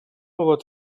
вот